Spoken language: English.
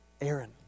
Aaron